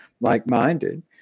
like-minded